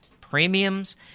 premiums